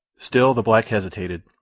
still the black hesitated,